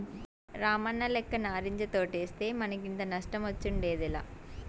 రామన్నలెక్క నారింజ తోటేస్తే మనకింత నష్టమొచ్చుండేదేలా